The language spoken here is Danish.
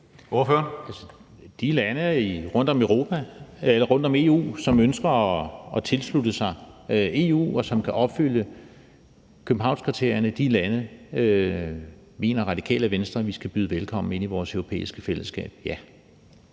De lande rundt om EU, som ønsker at tilslutte sig EU, og som kan opfylde Københavnskriterierne, mener Radikale Venstre vi skal byde velkommen ind i vores europæiske fællesskab,